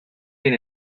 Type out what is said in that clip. been